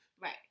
Right